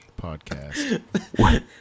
podcast